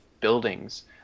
buildings